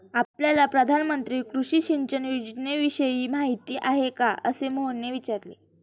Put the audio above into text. आपल्याला प्रधानमंत्री कृषी सिंचन योजनेविषयी माहिती आहे का? असे मोहनने विचारले